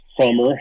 summer